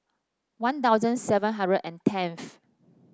One Thousand seven hundred and tenth